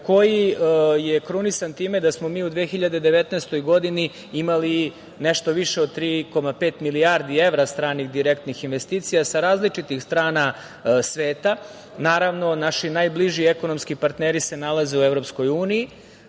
koji je krunisan time da smo mi u 2019. godini imali nešto više od 3,5 milijardi evra stranih direktnih investicija sa različitih strana sveta. Naravno, naši najbliži ekonomski partneri se nalaze u EU. To je